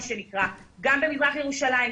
מה שנקרא גם במזרח ירושלים,